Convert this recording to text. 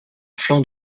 flanc